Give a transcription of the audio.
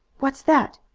what's that?